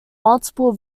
multiple